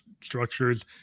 structures